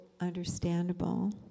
understandable